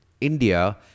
India